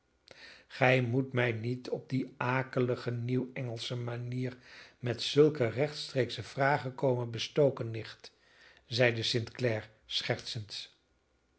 gij moet mij niet op die akelige nieuw engelsche manier met zulke rechtstreeksche vragen komen bestoken nicht zeide st clare schertsend